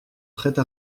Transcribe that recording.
prête